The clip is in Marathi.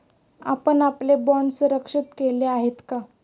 आपण आपले बाँड सुरक्षित केले आहेत का?